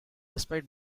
despite